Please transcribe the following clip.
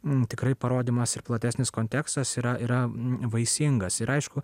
mum tikrai parodymas ir platesnis kontekstas yra yra vaisingas ir aišku